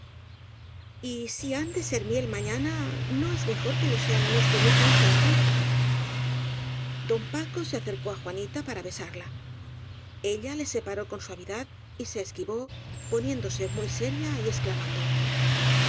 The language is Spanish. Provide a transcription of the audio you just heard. miel y si han de ser miel mañana no es mejor que lo sean en este mismo instante don paco se acercó á juanita para besarla ella le separó con suavidad y se esquivó ponién dose muy seria y exclamando